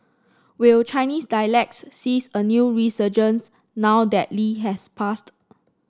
will Chinese dialects sees a new resurgence now that Lee has passed